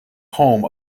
home